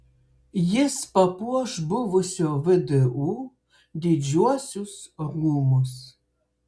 jis papuoš buvusio vdu didžiuosius rūmus